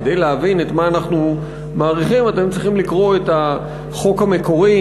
כדי להבין מה אנחנו מאריכים אתם צריכים לקרוא את החוק המקורי,